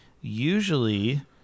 usually